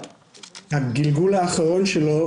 הגלגול האחרון שלו,